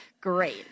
great